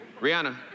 Rihanna